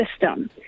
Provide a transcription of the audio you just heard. system